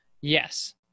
Yes